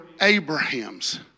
Abraham's